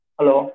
Hello